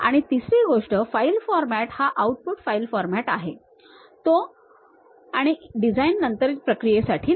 आणि तिसरी गोष्ट फाईल फॉरमॅट हा आउटपुट फाइल फॉरमॅट आहे तो आणि डिझाइन नंतरच्या प्रक्रियेसाठी नाही